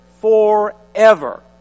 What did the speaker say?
forever